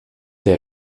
der